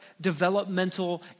developmental